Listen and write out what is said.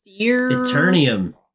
Eternium